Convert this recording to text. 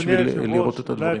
בשביל לראות את הדברים.